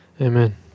Amen